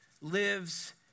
lives